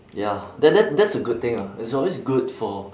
ya that that that's a good thing ah it's always good for